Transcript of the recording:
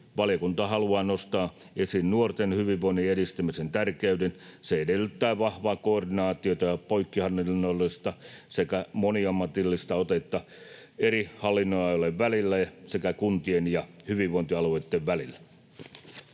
Valiokunta haluaa nostaa esiin nuorten hyvinvoinnin edistämisen tärkeyden. Se edellyttää vahvaa koordinaatiota ja poikkihallinnollista sekä moniammatillista otetta eri hallinnonalojen välillä sekä kuntien ja hyvinvointialueitten välillä.